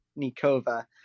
Nikova